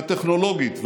והטכנולוגית,